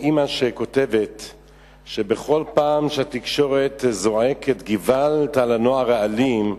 אמא כותבת ש"בכל פעם שהתקשורת זועקת געוואלד על הנוער האלים שלנו",